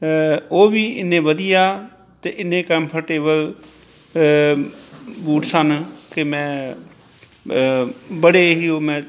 ਉਹ ਵੀ ਇੰਨੇ ਵਧੀਆ ਅਤੇ ਇੰਨੇ ਕੰਫਰਟੇਬਲ ਬੂਟ ਸਨ ਕਿ ਮੈਂ ਬੜੇ ਹੀ ਉਹ ਮੈਂ